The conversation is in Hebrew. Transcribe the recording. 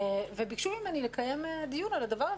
וביקשו ממני לקיים דיון על הדבר הזה,